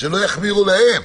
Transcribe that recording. שלא יחמירו להם.